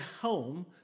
home